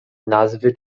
nazwy